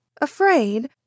Afraid